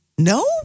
No